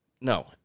No